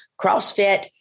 CrossFit